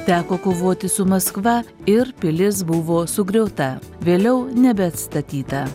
teko kovoti su maskva ir pilis buvo sugriauta vėliau nebeatstatyta